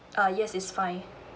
uh yes is fine